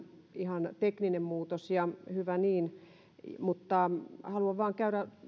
ihan tekninen muutos ja hyvä niin mutta haluan käydä tämän vain